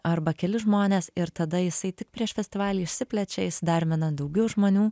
arba keli žmonės ir tada jisai tik prieš festivalį išsiplečia įsidarbina daugiau žmonių